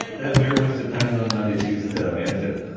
that very much depends on how they choose to manage it.